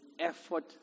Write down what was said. effort